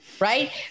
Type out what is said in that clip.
right